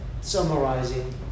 summarizing